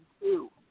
two